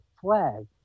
flag